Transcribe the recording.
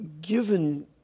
Given